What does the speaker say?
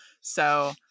So-